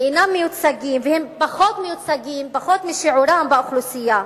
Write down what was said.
והם פחות מיוצגים, פחות משיעורם באוכלוסייה.